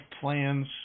plans